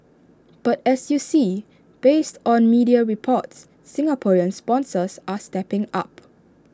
but as you see based on media reports Singaporean sponsors are stepping up